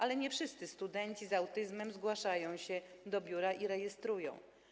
Jednak nie wszyscy studenci z autyzmem zgłaszają się do biura i rejestrują.